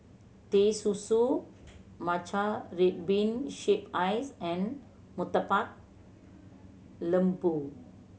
Teh Susu matcha red bean shave ice and Murtabak Lembu